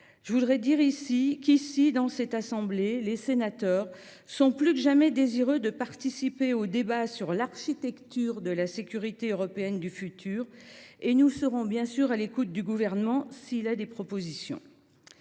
Je voudrais dire qu’ici, dans cette assemblée, les sénateurs sont plus que jamais désireux de participer au débat sur l’architecture de sécurité européenne du futur et nous serons bien sûr à l’écoute du Gouvernement, s’il a des propositions.